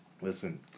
Listen